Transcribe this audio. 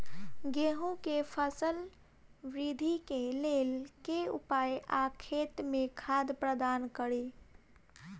गेंहूँ केँ फसल वृद्धि केँ लेल केँ उपाय आ खेत मे खाद प्रदान कड़ी?